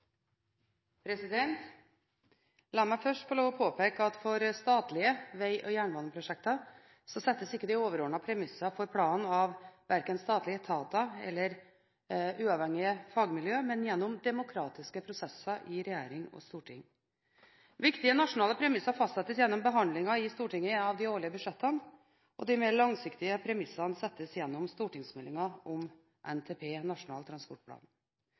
La meg først få lov å påpeke at for statlige veg- og jernbaneprosjekter settes ikke de overordnede premisser for planen av verken statlige etater eller uavhengige fagmiljø, men gjennom demokratiske prosesser i regjering og storting. Viktige nasjonale premisser fastsettes gjennom behandlingen av de årlige budsjettene i Stortinget, og de mer langsiktige premissene settes gjennom stortingsmeldingen om NTP, Nasjonal transportplan.